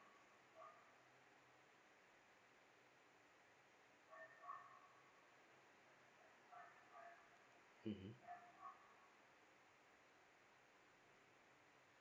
mmhmm